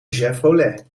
chevrolet